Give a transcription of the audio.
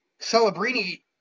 Celebrini